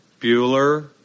Bueller